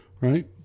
Right